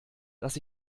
dass